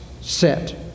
set